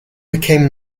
became